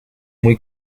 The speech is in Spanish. muy